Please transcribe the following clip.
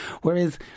Whereas